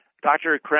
Dr